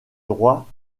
droits